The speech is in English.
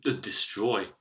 destroy